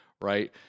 right